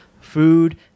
food